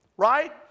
Right